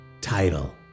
title